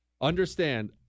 Understand